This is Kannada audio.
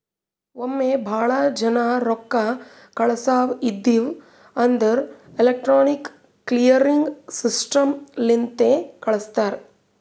ಒಮ್ಮೆ ಭಾಳ ಜನಾ ರೊಕ್ಕಾ ಕಳ್ಸವ್ ಇದ್ಧಿವ್ ಅಂದುರ್ ಎಲೆಕ್ಟ್ರಾನಿಕ್ ಕ್ಲಿಯರಿಂಗ್ ಸಿಸ್ಟಮ್ ಲಿಂತೆ ಕಳುಸ್ತಾರ್